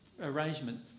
arrangement